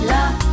Love